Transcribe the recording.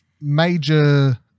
major